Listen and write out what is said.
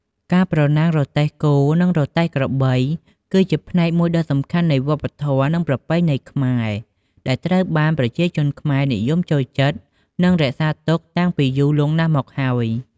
ការប្រណាំងរទេះគោ និងរទេះក្របី គឺជាផ្នែកមួយដ៏សំខាន់នៃវប្បធម៌ និងប្រពៃណីខ្មែរ ដែលត្រូវបានប្រជាជនខ្មែរនិយមចូលចិត្ត និងរក្សាទុកតាំងពីយូរលង់ណាស់មកហើយ។